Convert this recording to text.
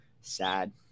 sad